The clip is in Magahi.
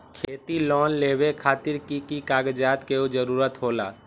खेती लोन लेबे खातिर की की कागजात के जरूरत होला?